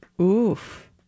Oof